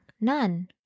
none